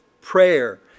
prayer